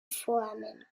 formen